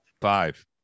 Five